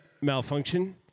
malfunction